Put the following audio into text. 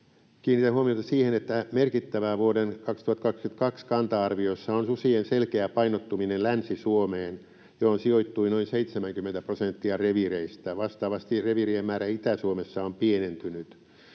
Kiinnitän huomiota siihen, että merkittävää vuoden 2022 kanta-arvioissa on susien selkeä painottuminen Länsi-Suomeen, johon sijoittui noin 70 prosenttia reviireistä. Vastaavasti reviirien määrä Itä-Suomessa on pienentynyt.